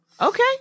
Okay